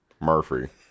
Murphy